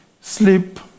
sleep